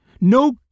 No